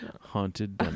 Haunted